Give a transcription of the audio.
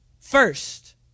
first